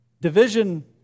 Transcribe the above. Division